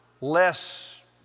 less